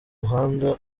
mihanda